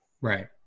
Right